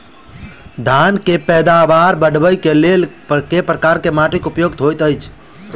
धान केँ पैदावार बढ़बई केँ लेल केँ प्रकार केँ माटि उपयुक्त होइत अछि?